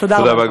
תודה רבה.